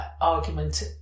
argument